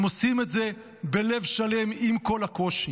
הם עושים את זה בלב שלם עם כל הקושי.